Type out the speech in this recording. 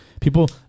People